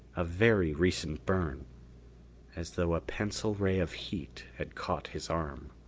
a very recent burn as though a pencil ray of heat had caught his arm.